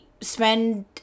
spend